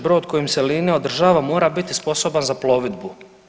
Brod kojim se linija održava mora biti sposoban za plovidbu“